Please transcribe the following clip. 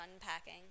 unpacking